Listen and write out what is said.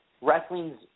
wrestling's